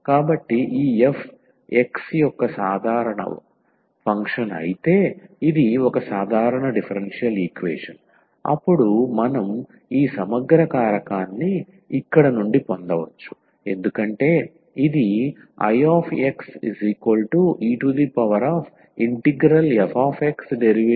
కాబట్టి ఈ f x ఒక సాధారణ ఫంక్షన్ అయితే ఇది ఒక సాధారణ డిఫరెన్షియల్ ఈక్వేషన్ అప్పుడు మనం ఈ సమగ్ర కారకాన్ని ఇక్కడ నుండి పొందవచ్చు ఎందుకంటే ఇది Ixefxdx యొక్క లాగరిథమిక్